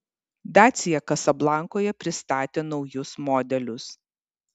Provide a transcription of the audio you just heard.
dacia kasablankoje pristatė naujus modelius